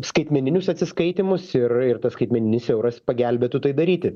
skaitmeninius atsiskaitymus ir ir tas skaitmeninis euras pagelbėtų tai daryti